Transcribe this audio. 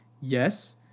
yes